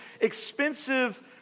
expensive